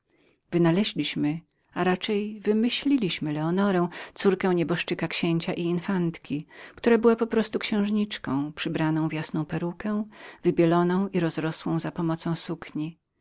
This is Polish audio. wynaleźliśmy a raczej wymyśliliśmy leonorę córkę nieboszczyka księcia i infantki która była znaną ci księżniczką przebraną w jasne włosy wybieloną i rozrosłą za pomocą sukni